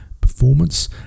performance